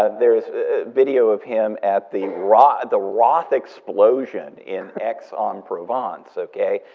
ah there's a video of him at the roth the roth explosion in aix-en-provence, okay,